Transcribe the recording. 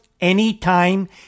anytime